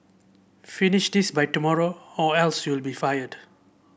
finish this by tomorrow or else you'll be fired